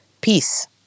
peace